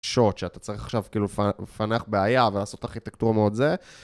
שוט שאתה צריך עכשיו כאילו לפנח בעיה ולעשות ארכיטקטורה מאוד זה